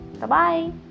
Bye-bye